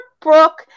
Brooke